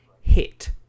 hit